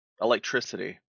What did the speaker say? Electricity